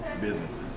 businesses